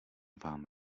vám